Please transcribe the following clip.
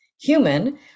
human